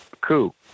coup